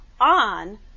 on